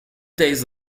days